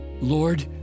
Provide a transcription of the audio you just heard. Lord